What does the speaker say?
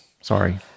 Sorry